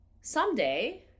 someday